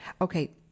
Okay